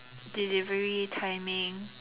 delivery timing